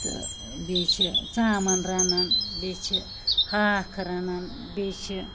تہٕ بیٚیہِ چھِ ژامَن رَنان بیٚیہِ چھِ ہاکھ رنان بیٚیہ چھِ